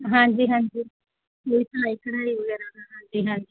ਹਾਂਜੀ ਹਾਂਜੀ ਕੋਈ ਸਿਲਾਈ ਕਢਾਈ ਵਗੈਰਾ ਦਾ ਹਾਂਜੀ ਹਾਂਜੀ